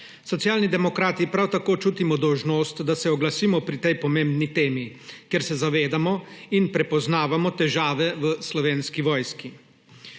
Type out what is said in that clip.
Socialni demokrati prav tako čutimo dolžnost, da se oglasimo pri tej pomembni temi, ker se zavedamo in prepoznavamo težave v Slovenski vojski,